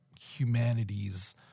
Humanity's